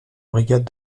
brigade